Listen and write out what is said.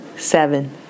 seven